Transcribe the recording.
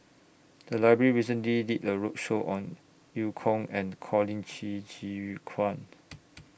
The Library recently did A roadshow on EU Kong and Colin Qi Zhe Quan